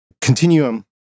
continuum